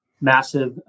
massive